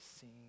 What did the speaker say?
seen